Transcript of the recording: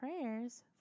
prayers